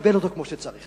תקבל אותו כמו שצריך,